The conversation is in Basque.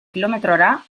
kilometrora